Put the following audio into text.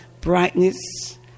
brightness